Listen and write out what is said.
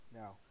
now